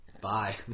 Bye